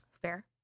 Fair